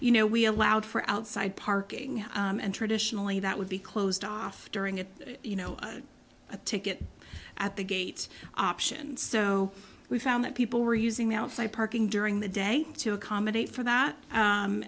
you know we allowed for outside parking and traditionally that would be closed off during a you know a ticket at the gates option so we found that people were using outside parking during the day to accommodate for